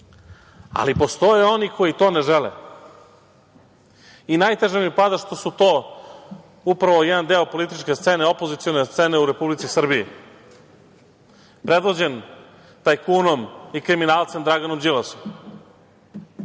postoje oni koji to ne žele. I najteže mi pada što su to upravo jedan deo političke scene, opozicione scene u Republici Srbiji, predvođen tajkunom i kriminalcem, Draganom Đilasom.